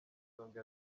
isonga